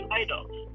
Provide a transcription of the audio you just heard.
idols